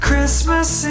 Christmas